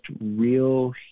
real